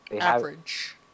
Average